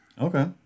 Okay